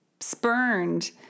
spurned